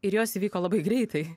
ir jos įvyko labai greitai